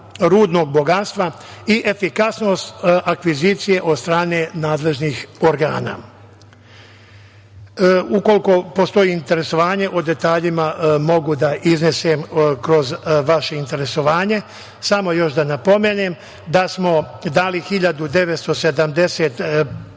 rudnog bogatstva i efikasnost akvizicije od strane nadležnih organa. Ukoliko postoji interesovanje, o detaljima mogu da iznesem kroz vaše interesovanje, ali samo još da napomenem da smo dali 1.970 preporuka,